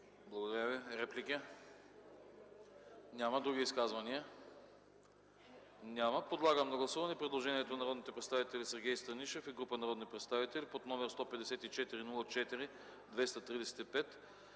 Благодаря Ви. Реплики? Няма. Други изказвания? Няма. Подлагам на гласуване предложението на народните представители Сергей Станишев и група народни представители под № 154-04-235